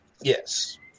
Yes